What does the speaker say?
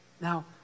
Now